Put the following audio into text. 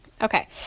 Okay